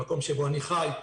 המקום שבו אני חי.